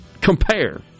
compare